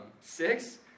Six